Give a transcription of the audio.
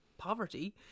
poverty